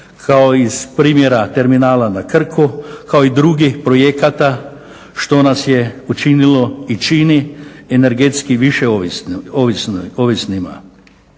kao iz primjera terminala na Krku kao i drugih projekata što nas je učinili i čini energetski više ovisnima.